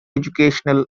educational